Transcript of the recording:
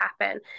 happen